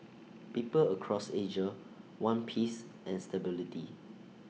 people across Asia want peace and stability